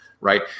right